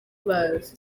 bazi